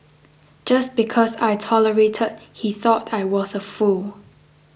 just because I tolerated he thought I was a fool